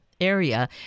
area